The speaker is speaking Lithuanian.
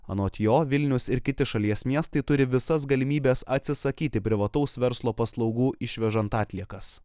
anot jo vilnius ir kiti šalies miestai turi visas galimybes atsisakyti privataus verslo paslaugų išvežant atliekas